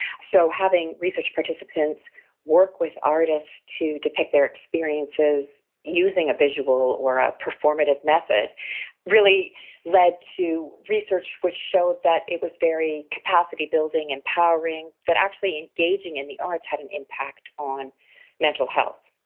so having research participants work with artists to depict their experiences using a visual or a performative method really led to research which showed that it was very capacity-building, empowering, that actually engaging in the arts had an impact on mental health.